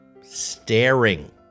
staring